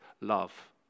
love